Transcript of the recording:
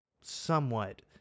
somewhat